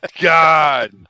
God